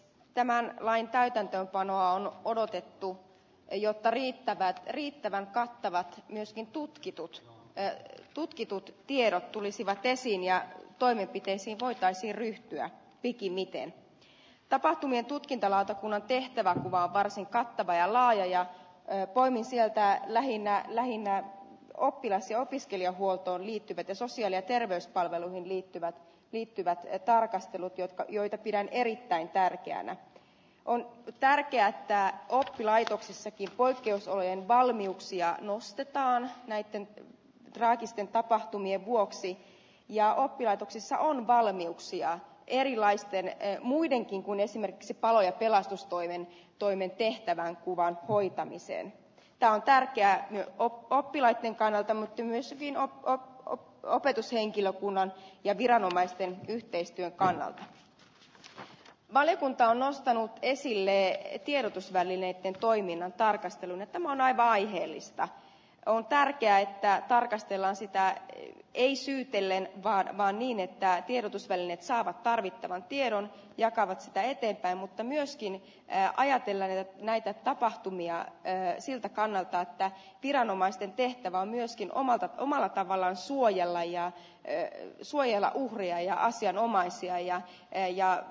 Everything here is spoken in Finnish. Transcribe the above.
tämän lain täytäntöönpano on odotettu jotta riittävät riittävän kattavaksi myöskin tutkitut perheet tutkitut tiedot tulisivat pesin ja toimenpiteisiin voitaisi ryhtyä pikimmiten tapahtumien tutkintalautakunnan tehtävänkuvaa varsin kattava ja laaja ja poimi sieltä lähinnä lähinnä oppilas ja opiskelijahuoltoon liittyvät sosiaali ja terveyspalveluihin liittyvät viihtyvät ja tarkastelut jotka joita pidän erittäin tärkeänä on tärkeää tää on tosi laitoksissakin poikkeusolojen valmiuksia ostetaan näitten traagisten tapahtumien vuoksi ja oppilaitoksissa on valmiuksia erilaisten ei muidenkin kuin esimerkiksi palo ja pelastustoimen toimen tehtävän kuvan hoitamiseen ja on tärkeää ja oppilaitten kannalta myös vino katto pääopetushenkilökunnan ja viranomaisten yhteistyön kannalta valiokunta on nostanut esille ei tiedotusvälineiden toiminnan tarkastelu on aina aiheellista on tärkeä ja tarkastella sitä ei syyttele vaan vain niin että tiedotusvälineet saavat tarvittavan tiedon jakavat sitä ettei pää mutta myöskin jää ajattelen näitä tapahtumia ei siltä kannalta että viranomaisten tehtävä on myöskin omat omalla tavallaan suojella ja eyn suojella nuoria ja asianomaisia ja eija